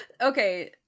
okay